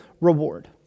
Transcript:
reward